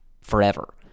forever